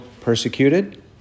persecuted